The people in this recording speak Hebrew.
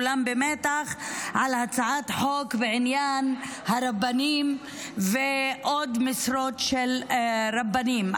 כולם במתח על הצעת החוק בעניין הרבנים ועוד משרות של רבנים.